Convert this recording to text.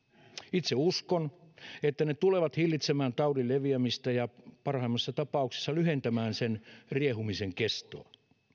itse uskon että ne tulevat hillitsemään taudin leviämistä ja parhaimmassa tapauksessa lyhentämään sen riehumisen kestoa